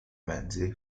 mezzi